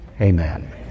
amen